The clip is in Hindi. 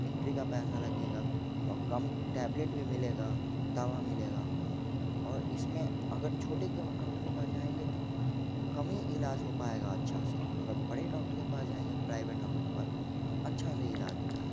इंट्री का पैसा लगेगा और कम टैबलेट भी मिलेगी दवा मिलेगी और इस में अगर छोटे डॉक्टर के पास जाएँगे तो कमी इलाज हो पाएगा अच्छा से अगर बड़े डॉक्टर के पास जाएँगे प्राइवेट डॉक्टर के पास तो अच्छा से इलाज हो जाएगा